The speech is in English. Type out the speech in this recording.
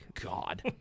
God